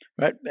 Right